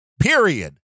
Period